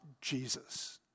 Jesus